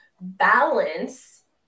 balance